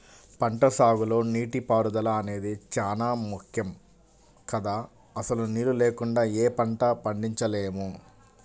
పంటసాగులో నీటిపారుదల అనేది చానా ముక్కెం గదా, అసలు నీళ్ళు లేకుండా యే పంటా పండించలేము